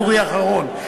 אורי אחרון.